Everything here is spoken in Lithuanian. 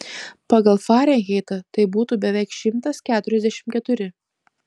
pagal farenheitą tai būtų beveik šimtas keturiasdešimt keturi